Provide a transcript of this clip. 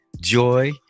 joy